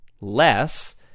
less